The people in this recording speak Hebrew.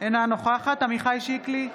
אינה נוכחת עמיחי שיקלי,